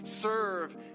serve